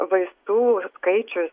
vaistų skaičius